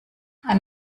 ein